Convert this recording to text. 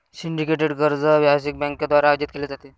syndicated कर्ज व्यावसायिक बँकांद्वारे आयोजित केले जाते